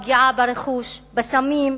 בפגיעה ברכוש, בסמים,